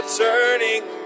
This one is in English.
turning